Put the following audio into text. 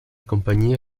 compagnie